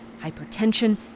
hypertension